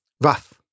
rough